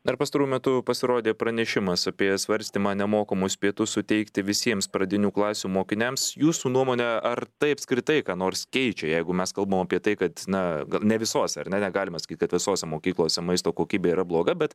dar pastaruoju metu pasirodė pranešimas apie svarstymą nemokamus pietus suteikti visiems pradinių klasių mokiniams jūsų nuomone ar tai apskritai ką nors keičia jeigu mes kalbam apie tai kad na gal ne visoes ar ne negalima sakyt kad visose mokyklose maisto kokybė yra bloga bet